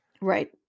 right